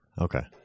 Okay